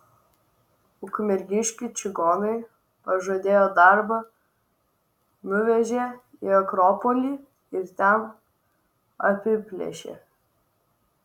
ukmergiškiui čigonai pažadėjo darbą nuvežė į akropolį ir ten apiplėšė